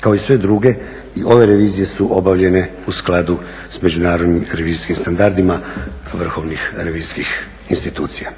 Kao i sve druge i ove revizije su obavljene u skladu s međunarodnim revizijskim standardima vrhovnim revizijskih institucija.